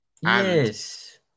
Yes